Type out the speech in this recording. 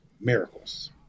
miracles